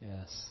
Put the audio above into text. Yes